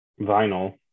vinyl